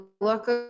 look